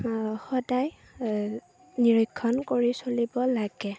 সদায় নিৰীক্ষণ কৰি চলিব লাগে